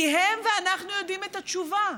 כי הם ואנחנו יודעים את התשובה: